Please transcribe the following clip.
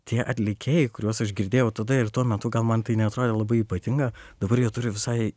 tie atlikėjai kuriuos aš girdėjau tada ir tuo metu gal man tai neatrodė labai ypatinga dabar jie turi visai